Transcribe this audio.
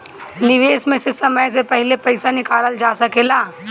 निवेश में से समय से पहले पईसा निकालल जा सेकला?